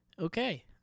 Okay